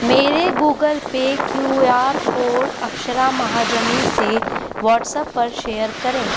मेरा Google Pay Q R code Akshara Mahajani से WhatsApp पर शेयर करें